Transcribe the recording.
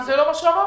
אבל זה לא מה שאמרתי.